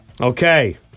Okay